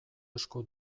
asko